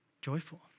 Joyful